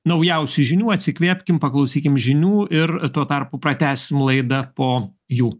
naujausių žinių atsikvėpkim paklausykim žinių ir tuo tarpu pratęsim laida po jų